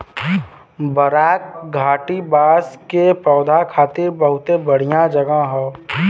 बराक घाटी बांस के पौधा खातिर बहुते बढ़िया जगह हौ